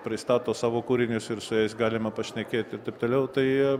pristato savo kūrinius ir su jais galima pašnekėti ir taip toliau tai